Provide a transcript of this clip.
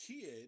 kid